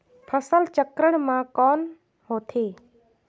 फसल चक्रण मा कौन होथे?